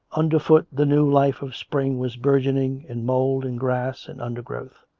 underfoot the new life of spring was bourgeon ing in mould and grass and undergrowth